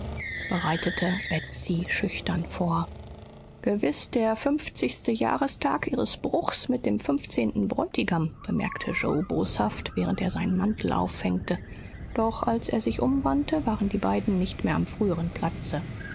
bereitete betsy schüchtern vor gewiß der fünfzigste jahrestag ihres bruchs mit dem fünfzehnten bräutigam bemerkte yoe boshaft während er seinen mantel aufhängte doch als er sich umwandte waren die beiden nicht mehr am früheren platze